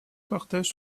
partage